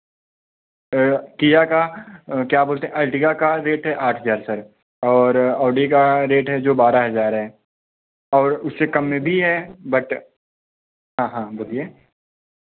किया का क्या बोलते हैं आर्टिका का रेट है आठ हजार सर और ऑडी का रेट है जो बारह हजार है और उससे कम में भी है बट हाँ बोलिये